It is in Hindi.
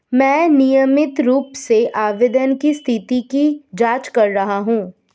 मैं नियमित रूप से आवेदन की स्थिति की जाँच कर रहा हूँ